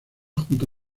junto